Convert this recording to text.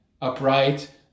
upright